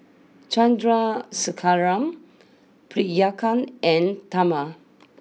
Chandrasekaran Priyanka and Tharman